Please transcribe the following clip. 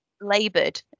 laboured